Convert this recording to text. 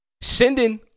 Sending